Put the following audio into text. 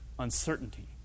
uncertainty